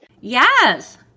yes